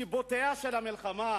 סיבת המלחמה